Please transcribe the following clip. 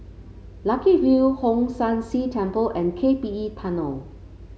Lucky View Hong San See Temple and K P E Tunnel